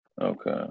Okay